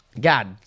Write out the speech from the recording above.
God